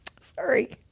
sorry